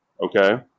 okay